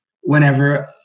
whenever